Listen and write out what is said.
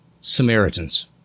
Samaritans